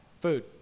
food